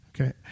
Okay